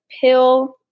pill